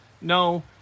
No